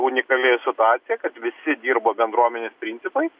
unikali situacija kad visi dirbo bendruomenės principais